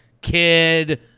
kid